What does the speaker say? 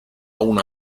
una